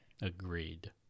agreed